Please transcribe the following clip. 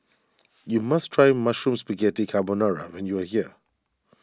you must try Mushroom Spaghetti Carbonara when you are here